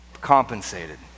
compensated